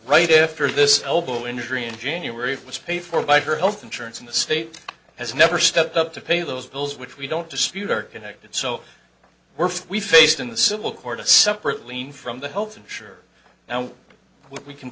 right after this elbow injury in january was paid for by her health insurance and the state has never stepped up to pay those bills which we don't dispute are connected so were we faced in the civil court separately from the health insurers now we can